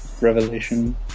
Revelation